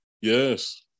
Yes